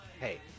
hey